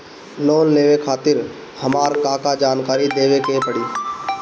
Loan लेवे खातिर हमार का का जानकारी देवे के पड़ी?